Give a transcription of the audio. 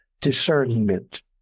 discernment